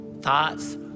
thoughts